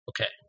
Okay